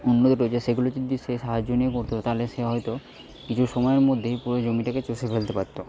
উন্নতি করেছে সেগুলির যদি সে সাহায্য নিয়ে করত তাহলে সে হয়তো কিছু সময়ের মধ্যেই পুরো জমিটাকে চষে ফেলতে পারত